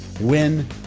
win